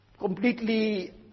completely